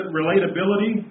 relatability